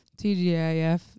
TGIF